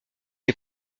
est